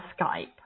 skype